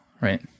right